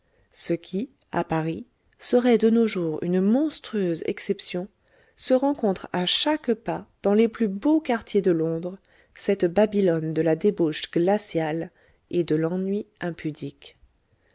ce qui à paris serait de nos jours une monstrueuse exception se rencontre à chaque pas dans les plus beaux quartiers de londres cette babylone de la débauche glaciale et de l'ennui impudique